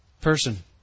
person